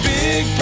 big